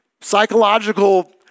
psychological